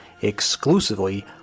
exclusively